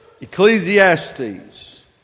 Ecclesiastes